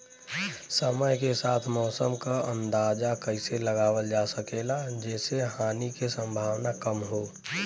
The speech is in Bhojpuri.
समय के साथ मौसम क अंदाजा कइसे लगावल जा सकेला जेसे हानि के सम्भावना कम हो?